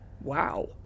Wow